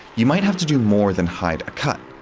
you might have to do more than hide a cut.